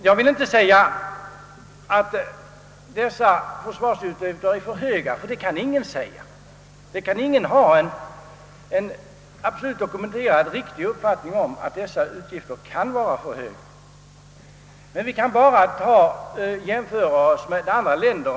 Jag vill inte påstå att dessa utgifter är för höga, ty ingen kan ha en dokumenterad, absolut riktig uppfattning om att de kan vara för höga. Vi kan emellertid jämföra oss med andra länder.